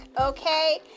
okay